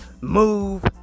move